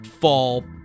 fall